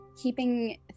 keeping